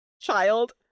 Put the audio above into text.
child